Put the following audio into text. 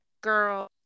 girl